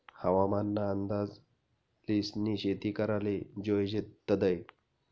हवामान ना अंदाज ल्हिसनी शेती कराले जोयजे तदय